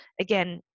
again